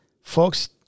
folks